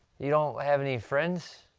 you don't have any friends?